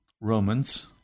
Romans